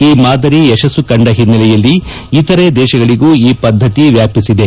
ಈ ಮಾದರಿ ಯಶಸ್ಸು ಕಂಡ ಹಿನ್ನೆಲೆಯಲ್ಲಿ ಇತರೆ ದೇಶಗಳಿಗೂ ಈ ಪದ್ಧತಿ ವ್ಯಾಪಿಸಿದೆ